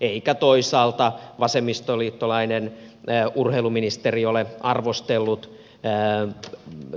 eikä toisaalta vasemmistoliittolainen urheiluministeri ole arvostellut